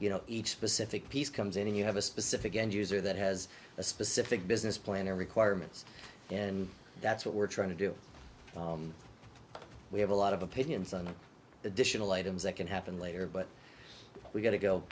you know each specific piece comes in and you have a specific end user that has a specific business plan or requirements and that's what we're trying to do we have a lot of opinions on the additional items that can happen later but we've got to go